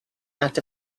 act